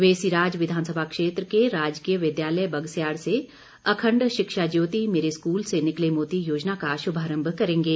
वे सिराज विधानसभा क्षेत्र के राजकीय विद्यालय बगस्याड से अखण्ड शिक्षा ज्योति मेरे स्कूल से निकले मोती योजना का शुभारम्भ करेंगे